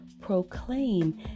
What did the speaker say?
proclaim